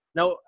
Now